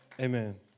Amen